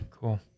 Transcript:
Cool